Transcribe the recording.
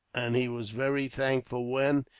and he was very thankful when,